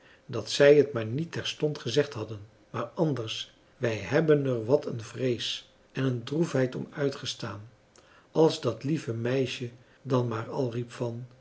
dat zij het maar niet terstond gezegd hadden maar anders wij hebben er wat een vrees en een droefheid om uitgestaan als dat lieve meisje dan maar al riep van